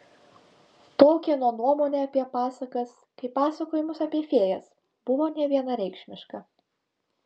tolkieno nuomonė apie pasakas kaip pasakojimus apie fėjas buvo nevienareikšmiška